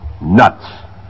nuts